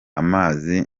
amazi